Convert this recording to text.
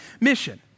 mission